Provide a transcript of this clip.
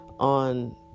on